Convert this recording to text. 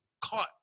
caught